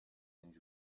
and